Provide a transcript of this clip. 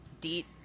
Deet